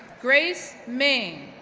grace ming,